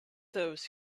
those